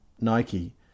Nike